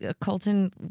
Colton